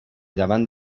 davant